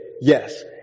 yes